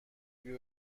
بیا